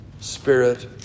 spirit